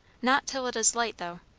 not till it is light, though.